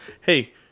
hey